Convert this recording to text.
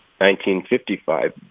1955